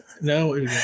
No